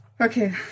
Okay